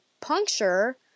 puncture